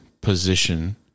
position